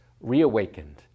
reawakened